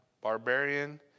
barbarian